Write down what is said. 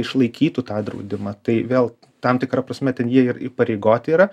išlaikytų tą draudimą tai vėl tam tikra prasme ten jie ir įpareigoti yra